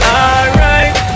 alright